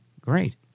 great